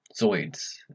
Zoids